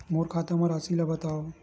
मोर खाता म राशि ल बताओ?